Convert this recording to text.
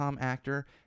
actor